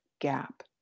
gap